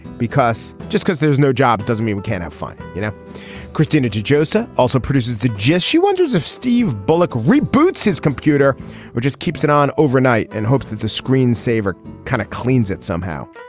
because just because there there's no job doesn't mean we can't have fun. you know christina joseph also produces the gist she wonders if steve bullock reboots his computer which just keeps it on overnight and hopes that the screen saver kind of cleans it somehow.